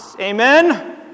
Amen